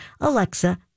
Alexa